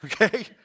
Okay